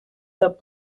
that